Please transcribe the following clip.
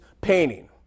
painting